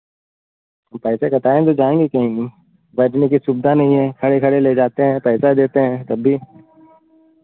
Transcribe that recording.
पैसे कटाए तो जाएंगे क्यों नहीं बैठने की सुविधा नहीं है खड़े खड़े ले जाते हैं पैसा देते हैं तब भी